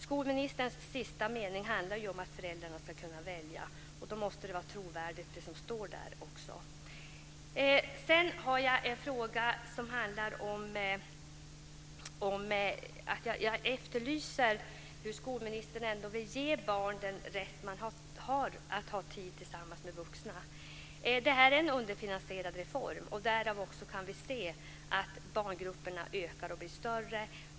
Skolministerns sista mening i svaret handlar om att föräldrarna ska kunna välja, och då måste också det som står där vara trovärdigt. Sedan efterlyser jag ett svar från skolministern på frågan hur han vill se till att barnens rätt att vara tillsammans med vuxna tillgodoses. Detta är en underfinansierad reform, och vi kan se att barngrupperna blir större.